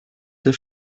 der